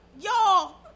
y'all